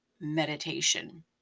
meditation